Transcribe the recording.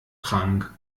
krank